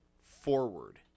forward